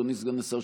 אדוני סגן השר,